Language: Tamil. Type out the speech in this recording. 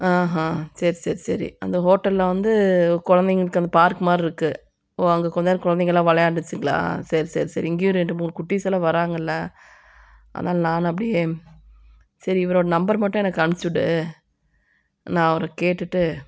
ஆஹாங் சரி சரி சரி அந்த ஹோட்டலில் வந்து குழந்தைங்களுக்கு அந்த பார்க் மாதிரி இருக்கு ஓ அங்கே கொஞ்சம் நேரம் குழந்தைங்கள்லாம் விளையாண்டுச்சிங்களா சரி சரி சரி இங்கேயும் ரெண்டு மூணு குட்டீஸெல்லாம் வராங்கள்ல அதனால நானும் அப்படியே சரி இவரோட நம்பர் மட்டும் எனக்கு அனுப்ச்சுவிடு நான் அவரை கேட்டுவிட்டு